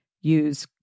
Use